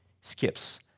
skips